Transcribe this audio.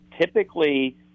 typically